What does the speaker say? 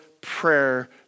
prayer